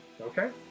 Okay